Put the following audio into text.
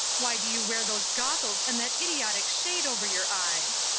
why do you wear those goggles and that idiotic shade over your eyes?